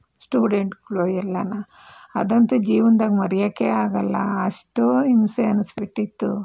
ಸ್ಟೂಡೆಂಟ್ಗಳು ಎಲ್ಲರೂ ಅದಂತೂ ಜೀವನ್ದಾಗೆ ಮರ್ಯೋಕ್ಕೇ ಆಗಲ್ಲ ಅಷ್ಟು ಹಿಂಸೆ ಅನ್ನಿಸ್ಬಿಟ್ಟಿತ್ತು